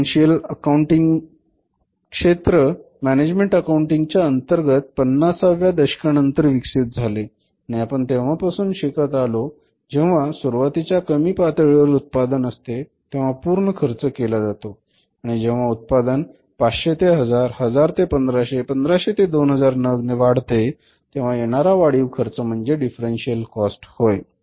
differential accounting क्षेत्र management accounting च्या अंतर्गत पन्नासाव्या दशकांनंतर विकसित झाले आणि आपण तेव्हापासून शिकत आलो जेव्हा सुरुवातीच्या कमी पातळीवर उत्पादन असते तेव्हा पूर्ण खर्च केला जातो आणि जेव्हा उत्पादन 500 ते 1000 1000 ते 1500 1500 ते 2000 नग वाढते तेव्हा येणारा वाढीव खर्च म्हणजेच डिफरन्सिरीयल कॉस्ट होय